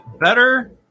better